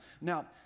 Now